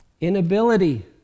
inability